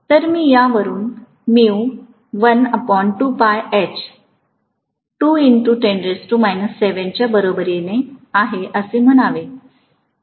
तर मी यावरून h च्या बरोबरीने आहे असे म्हणावे